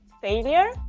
failure